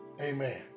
Amen